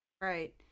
Right